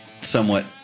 somewhat